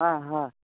হয় হয়